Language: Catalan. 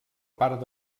part